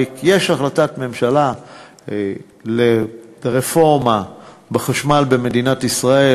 הרי יש החלטת ממשלה על רפורמה בחשמל במדינת ישראל,